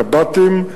הקב"טים,